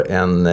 en